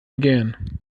again